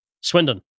Swindon